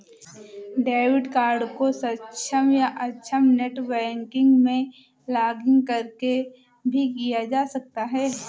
debit card को सक्षम या अक्षम नेट बैंकिंग में लॉगिंन करके भी किया जा सकता है